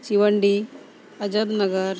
ᱥᱤᱵᱚᱱᱰᱤ ᱟᱡᱟᱛ ᱱᱚᱜᱚᱨ